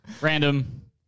Random